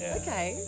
okay